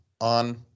on